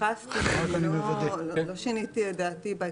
לא שיניתי את דעתי.